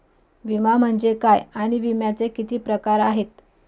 विमा म्हणजे काय आणि विम्याचे किती प्रकार आहेत?